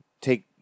take